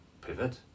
pivot